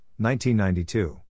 1992